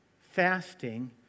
fasting